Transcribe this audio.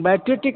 बैटी उटी